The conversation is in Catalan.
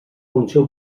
funció